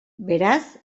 beraz